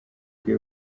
bwe